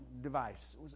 device